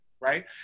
Right